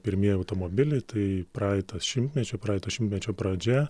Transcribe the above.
pirmieji automobiliai tai praeitas šimtmečio praeito šimtmečio pradžia